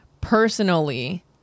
personally